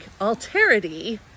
alterity